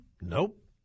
Nope